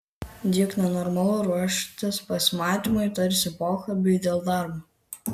juk nenormalu ruoštis pasimatymui tarsi pokalbiui dėl darbo